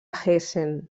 hessen